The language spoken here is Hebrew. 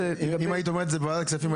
אם היית אומרת את זה בוועדת הכספים,